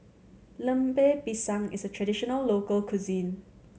Lemper Pisang is a traditional local cuisine